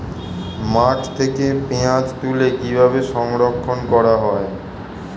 মাঠ থেকে পেঁয়াজ তুলে কিভাবে সংরক্ষণ করা হয়?